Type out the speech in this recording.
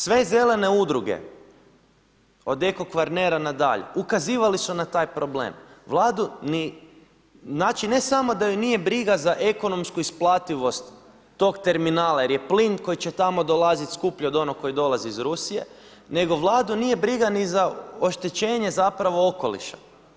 Sve zelene udruge od Eko Kvarnera na dalje ukazivali su na taj problem, Vladu ne samo da ju nije briga za ekonomsku isplativost tog terminala jer je plin koji će tamo dolaziti skuplji od onoga koji dolazi iz Rusije nego Vladu nije briga ni za oštećenje okoliša.